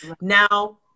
now